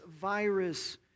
virus